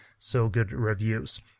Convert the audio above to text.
SoGoodReviews